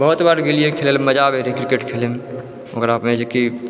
बहुत बार गेलियै खेलैला मजा आबै रहै क्रिकेट खेलै मे ओकरामे जेकी